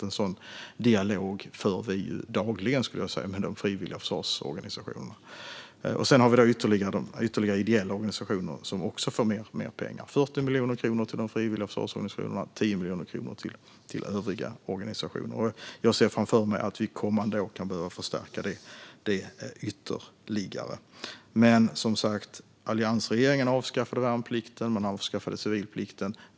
En sådan dialog för vi dagligen, skulle jag säga, med de frivilliga försvarsorganisationerna. Det kan jag lova. Sedan har vi ytterligare ideella organisationer som också får mer pengar. Det handlar om 40 miljoner till de frivilliga försvarsorganisationerna och 10 miljoner kronor till övriga organisationer. Jag ser framför mig att vi kommande år kan behöva förstärka detta ytterligare. Men, som sagt, alliansregeringen avskaffade värnplikten. Man avskaffade civilplikten.